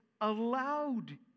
allowed